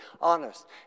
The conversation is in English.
honest